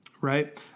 right